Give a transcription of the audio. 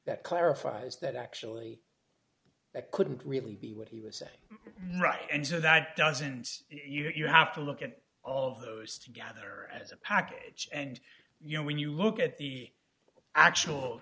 that clarifies that actually that couldn't really be what he was saying right and so that doesn't you know you have to look at all of those together as a package and you know when you look at the actual